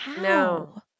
No